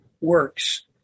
works